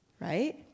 right